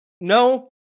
No